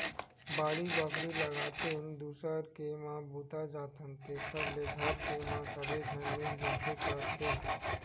बाड़ी बखरी लगातेन, दूसर के म बूता जाथन तेखर ले घर के म सबे झन मिल जुल के करतेन